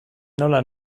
nola